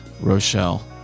Rochelle